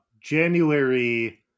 January